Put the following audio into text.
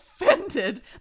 offended